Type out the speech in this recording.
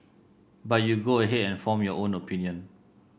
but you go ahead and form your own opinion